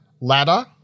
Ladder